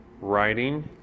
writing